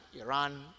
Iran